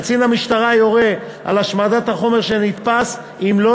קצין המשטרה יורה על השמדת החומר שנתפס אם לא